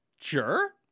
Sure